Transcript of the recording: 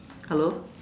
hello